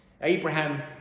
Abraham